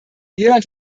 irland